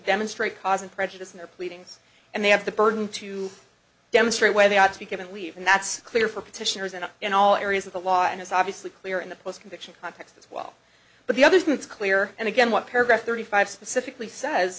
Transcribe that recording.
demonstrate causing prejudice in their pleadings and they have the burden to demonstrate where they ought to be given leave and that's clear for petitioners and in all areas of the law and is obviously clear in the post conviction context as well but the other thing that's clear and again what paragraph thirty five specifically says